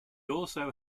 also